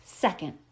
Second